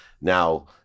now